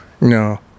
No